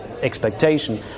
expectation